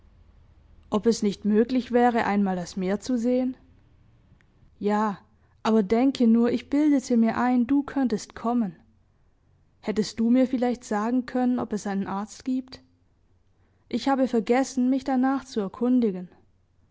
ob es nicht möglich wäre einmal das meer zu sehen ja aber denke nur ich bildete mir ein du könntest kommen hättest du mir vielleicht sagen können ob es einen arzt giebt ich habe vergessen mich danach zu erkundigen